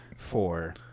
four